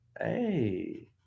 Hey